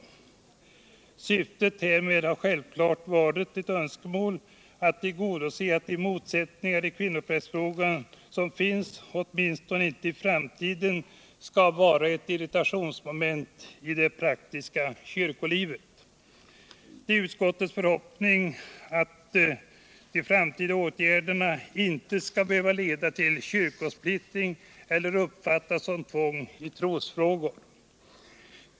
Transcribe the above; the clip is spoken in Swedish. Syftet härmed har självfallet varit önskemålet att tillgodose att motsättningar i kvinnoprästfrågan åtminstone i framtiden inte skall bli ett irritationsmoment i det praktiska kyrkolivet. Det är utskottets förhoppning att de förutsatta framtida åtgärderna inte skall behöva leda till någon kyrkosplittring eller uppfattas som tvång i trossaker.